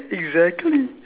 exactly